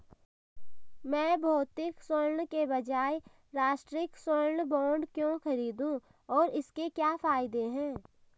मैं भौतिक स्वर्ण के बजाय राष्ट्रिक स्वर्ण बॉन्ड क्यों खरीदूं और इसके क्या फायदे हैं?